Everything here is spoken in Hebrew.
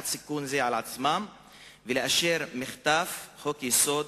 סיכון זה על עצמם ולאשר במחטף חוק-יסוד: